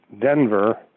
Denver